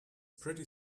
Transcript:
pretty